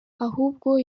ahubwo